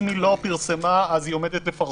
אם היא לא פרסמה, היא עומדת לפרסם.